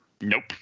Nope